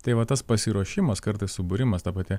tai va tas pasiruošimas kartais subūrimas ta pati